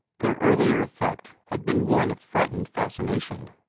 their earlier effect had been one of frightened fascination.